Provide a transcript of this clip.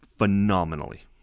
Phenomenally